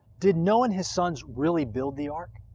did noah and his sons really build the ark?